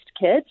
kids